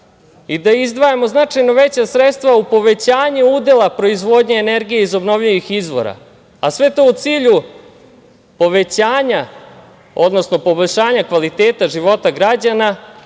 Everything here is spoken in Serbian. i da izdvajamo značajno veća sredstva u povećanje udela proizvodnje energije iz obnovljivih izvora, a sve to u cilju povećanja, odnosno poboljšanja kvaliteta života građana,